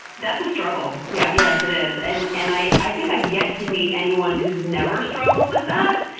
that's a struggle. yeah yes, it is. and and i i think i've yet to meet anyone who's never struggled with that.